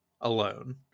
alone